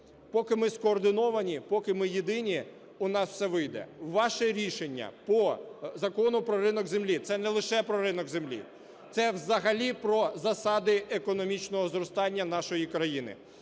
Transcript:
поки ми скоординовані, поки ми єдині, у нас все вийде. Ваше рішення по Закону про ринок землі - це не лише про ринок землі, це взагалі про засади економічного зростання нашої країни.